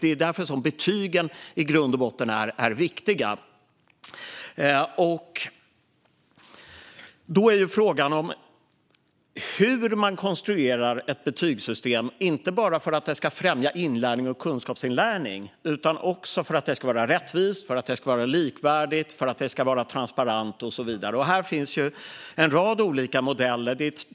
Det är därför som betygen i grund och botten är viktiga. Hur konstruerar man ett betygssystem inte bara för att det ska främja inlärning och kunskapsinlärning, utan också för att det ska vara rättvist, likvärdigt, transparent och så vidare? Här finns en rad olika modeller.